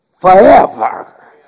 forever